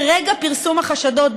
ברגע פרסום החשדות,